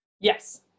Yes